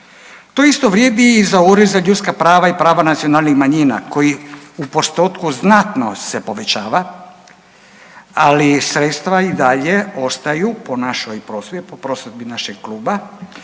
To isto vrijedi i za Ured za ljudska prava i prava nacionalnih manjina koji u postotku znatno se povećava ali sredstva i dalje ostaju po našoj prosudbi, po prosudbi našeg kluba